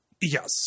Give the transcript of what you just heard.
Yes